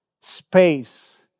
space